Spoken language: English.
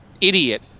idiot